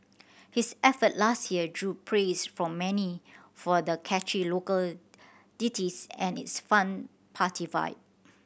his effort last year drew praise from many for the catchy local ditties and its fun party vibe